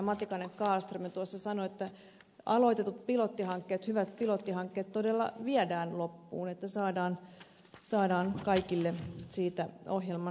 matikainen kallström jo tuossa sanoi on tärkeää että aloitetut hyvät pilottihankkeet todella viedään loppuun että saadaan kaikille siitä ohjelman hyöty